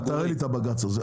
תראה לי את הבג"ץ הזה.